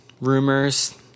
rumors